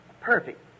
perfect